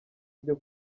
byo